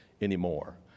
anymore